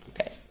Okay